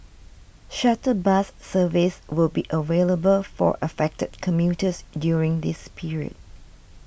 shuttle bus service will be available for affected commuters during this period